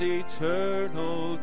eternal